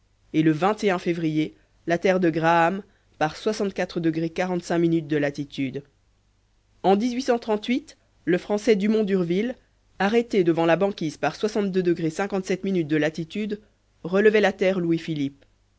et le février la terre de graham par de latitude en le français dumont d'urville arrêté devant la banquise par de latitude relevait la terre louis-philippe